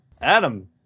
Adam